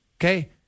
Okay